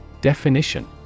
Definition